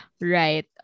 right